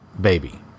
baby